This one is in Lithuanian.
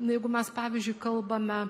nu jeigu mes pavyzdžiui kalbame